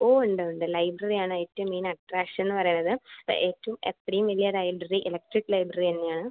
ഓ ഉണ്ട് ഉണ്ട് ലൈബ്രറി ആണ് ഏറ്റവും മെയിൻ അട്ട്രാക്ഷൻ എന്ന് പറയണത് ഏറ്റവും അത്രയും വലിയ ലൈബ്രറി ഇലക്ട്രിക്ക് ലൈബ്രറി തന്നെ ആണ്